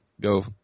go